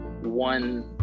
one